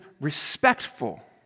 respectful